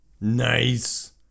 Nice